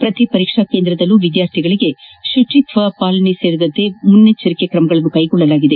ಪ್ರತಿ ಪರೀಕ್ಷಾ ಕೇಂದ್ರದಲ್ಲೂ ವಿದ್ಯಾರ್ಥಿಗಳಿಗೆ ಪುಚಿತ್ವ ಸೇರಿದಂತೆ ಮುಂಜಾಗ್ರತಾ ಕ್ರಮಗಳನ್ನು ಕೈಗೊಳ್ಳಲಾಗಿದೆ